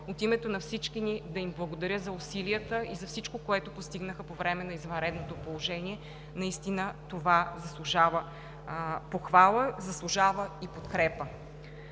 от името на всички ни, да им благодаря за усилията и за всичко, което постигнаха по време на извънредното положение. Наистина това заслужава похвала, заслужава и подкрепа.